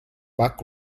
buck